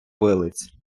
вилиць